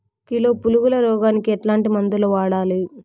Kilo పులుగుల రోగానికి ఎట్లాంటి మందులు వాడాలి?